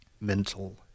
mental